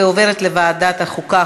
ועוברת לוועדת החוקה,